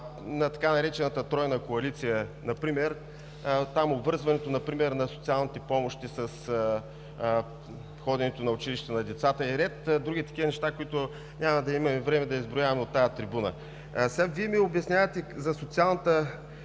на така наречената Тройна коалиция – обвързването например на социалните помощи с ходенето на училище на децата и ред други неща, които няма да имам време да изброя от тази трибуна. Вие ми обяснявате за социалната